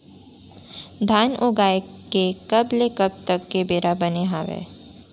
धान उगाए के कब ले कब तक के बेरा बने हावय?